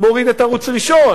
מוריד את הערוץ הראשון,